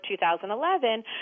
2011